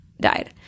died